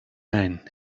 men